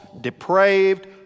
depraved